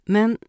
Men